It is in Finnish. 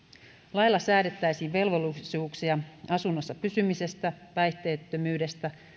lailla säädettäisiin velvollisuuksia asunnossa pysymisestä päihteettömyydestä